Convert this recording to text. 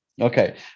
Okay